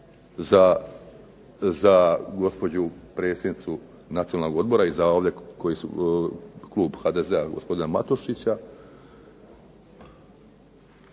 za gospođu predsjednicu Nacionalnog odbora i za ove koji su, klub HDZ-a, gospodina Matošića